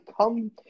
come